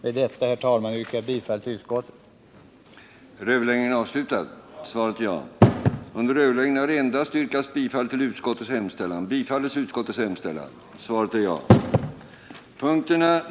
Med detta, herr talman, yrkar jag bifall till utskottets hemställan.